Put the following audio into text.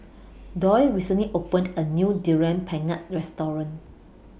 Doyle recently opened A New Durian Pengat Restaurant